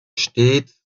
stets